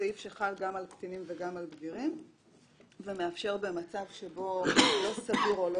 כסעיף שחל גם על קטינים וגם על בגירים ומאפשר במצב שבו לא סגור או לא